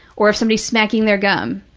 or if somebody's smacking their gum,